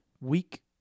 week